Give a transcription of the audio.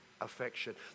affection